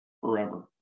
forever